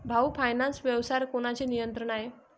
भाऊ फायनान्स व्यवसायावर कोणाचे नियंत्रण आहे?